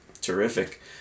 terrific